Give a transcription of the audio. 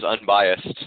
unbiased